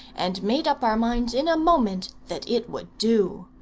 and made up our minds in a moment that it would do.